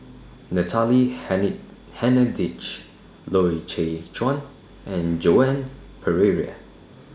Natalie Hennedige Loy Chye Chuan and Joan Pereira